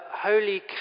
Holy